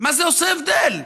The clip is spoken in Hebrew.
מה זה עושה הבדל?